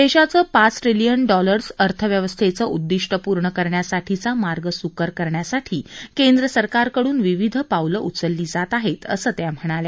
देशाचं पाच trillion dollars अर्थव्यवसंस्थेचं उददिष्ट पूर्ण करण्यासाठीचा मार्ग स्कर करण्यासाठी केंद्र सरकारकडून विविध पावलं उचलली जात आहेत असं त्या यावेळी म्हणाल्या